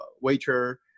waiter